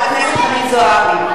חברת הכנסת חנין זועבי.